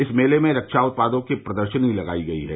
इस मेले में रक्षा उत्पादों की प्रदर्शनी लगाई गई है